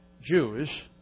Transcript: Jews